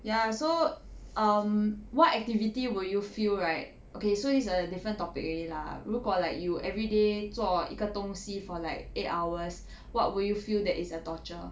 ya so um what activity will you feel right okay so it's a different topic already lah 如果 like you everyday 做一个东西 for like eight hours what would you feel that it's a torture